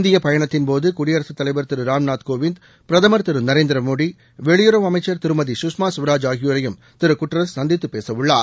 இந்திய பயணத்தின்பாது குடியரசுத் தலைவர் திரு ராம்நாத் கோவிந்த் பிரதமர் திரு நரேந்திர மோடி வெளியுறவு அமைச்சர் திரு கஷ்மா கவராஜ் ஆகியோரையும் திரு குட்ரஸ் சந்தித்து பேசவுள்ளார்